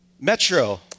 Metro